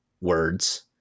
words